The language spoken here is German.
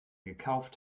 gekauft